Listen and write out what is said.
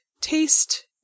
taste